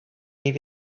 gave